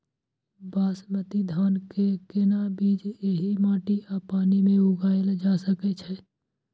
बासमती धान के केना बीज एहि माटी आ पानी मे उगायल जा सकै छै?